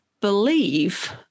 believe